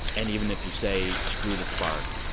and even if you say, screw the spark,